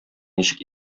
ничек